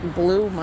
blue